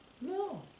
No